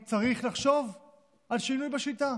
אליו, לפעמים צריך לחשוב על שינוי בשיטה.